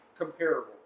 Comparable